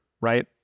right